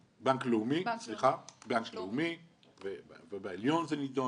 לאומי, ובעליון זה נדון.